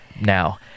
now